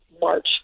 march